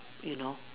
you know